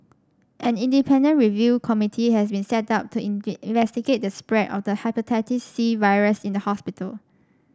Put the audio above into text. an independent review committee has been set up to investigate the spread of the Hepatitis C virus in the hospital